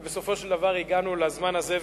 ובסופו של דבר הגענו לזמן הזה.